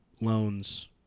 loans